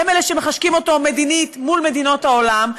הם שמחשקים אותו מדינית מול מדינות העולם,